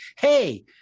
Hey